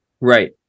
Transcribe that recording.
Right